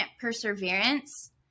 perseverance